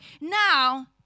now